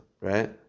right